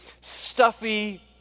stuffy